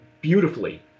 beautifully